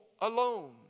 alone